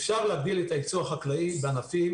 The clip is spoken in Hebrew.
אפשר להגדיל את הייצוא החקלאי בענפים